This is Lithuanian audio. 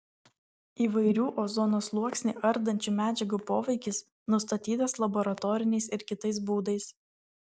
įvairių ozono sluoksnį ardančių medžiagų poveikis nustatytas laboratoriniais ir kitais būdais